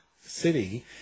City